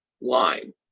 line